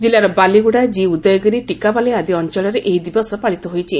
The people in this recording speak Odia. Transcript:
କିଲ୍ଲାର ବାଲିଗୁଡ଼ା କି ଉଦୟଗିରି ଟିକାବାଲି ଆଦି ଅଞ୍ଞଳରେ ଏହି ଦିବସ ପାଳିତ ହୋଇଛି